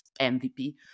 MVP